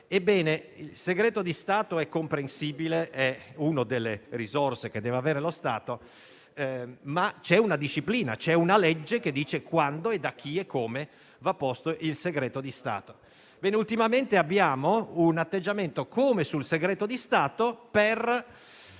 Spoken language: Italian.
Il segreto di Stato è comprensibile ed è una delle risorse che deve avere lo Stato, ma ci sono una disciplina e una legge che dicono quando, da chi e come va posto il segreto di Stato. Ultimamente abbiamo un analogo atteggiamento, come sul segreto di Stato, per